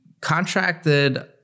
contracted